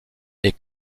est